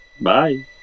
Bye